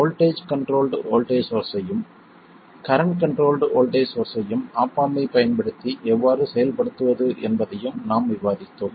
voltage controlled voltage சோர்ஸ்ஸையும் current controlled voltage சோர்ஸ்ஸையும் op amp ஐப் பயன்படுத்தி எவ்வாறு செயல்படுத்துவது என்பதையும் நாம் விவாதித்தோம்